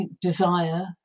desire